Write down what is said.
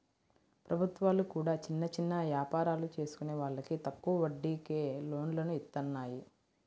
ప్రభుత్వాలు కూడా చిన్న చిన్న యాపారాలు చేసుకునే వాళ్లకి తక్కువ వడ్డీకే లోన్లను ఇత్తన్నాయి